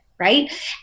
Right